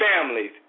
families